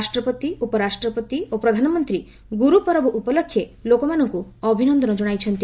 ରାଷ୍ଟ୍ରପତି ଉପରାଷ୍ଟ୍ରପତି ଓ ପ୍ରଧାନମନ୍ତ୍ରୀ ଗୁରୁପରବ ଉପଲକ୍ଷେ ଲୋକମାନଙ୍କୁ ଅଭିନନ୍ଦନ କ୍ଷଣାଇଛନ୍ତି